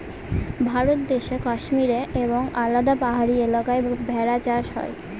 ভারত দেশে কাশ্মীরে এবং আলাদা পাহাড়ি এলাকায় ভেড়া চাষ হয়